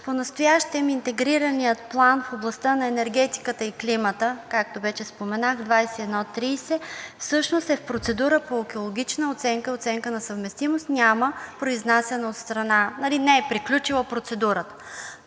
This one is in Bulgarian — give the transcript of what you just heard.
Понастоящем Интегрираният план в областта на енергетиката и климата, както вече споменах, 21 – 30, всъщност е в процедура по екологична оценка и оценка на съвместимост – не е приключила процедурата.